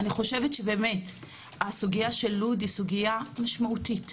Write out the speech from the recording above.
אני חושבת שבאמת הסוגיה של לוד היא סוגיה משמעותית.